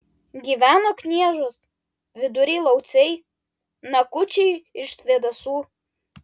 gyveno kniežos vidury lauciai nakučiai iš svėdasų